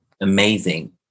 amazing